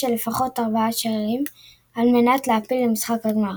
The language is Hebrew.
של לפחות ארבעה שערים על מנת להעפיל למשחק הגמר.